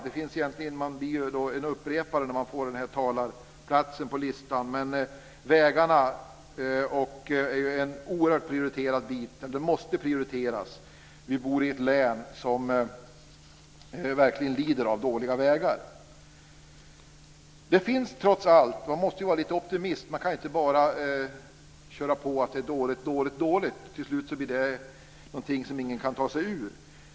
Man blir egentligen en upprepare när man får den här platsen på talarlistan, men vägarna är en oerhört prioriterad fråga, den måste prioriteras. Vi bor i ett län som verkligen lider av dåliga vägar. Man måste vara lite optimistisk, man kan inte bara säga att det är dåligt, dåligt, dåligt. Till slut blir det någonting som ingen kan ta sig ur.